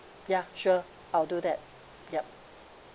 ya sure I'll do that yup